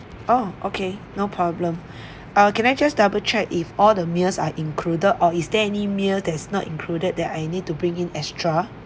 orh okay no problem uh can I just double check if all the meals are included or is there any meal that's not included that I need to bring in extra